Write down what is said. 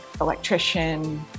electrician